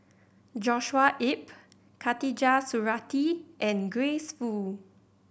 Joshua Ip Khatijah Surattee and Grace Fu